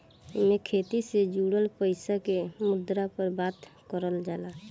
एईमे खेती से जुड़ल पईसा के मुद्दा पर बात करल जाला